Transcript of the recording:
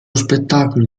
spettacolo